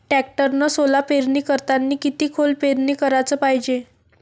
टॅक्टरनं सोला पेरनी करतांनी किती खोल पेरनी कराच पायजे?